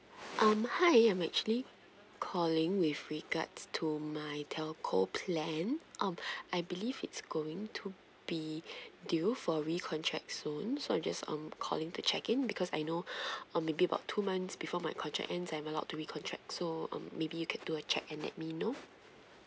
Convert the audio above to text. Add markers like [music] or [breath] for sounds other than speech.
um hi I'm actually calling with regards to my telco plan um [breath] I believe it's going to be [breath] due for recontract soon so I'm just um calling to check in because I know [breath] uh maybe about two months before my contract end I'm allowed to recontract so um maybe you can do a check and let me know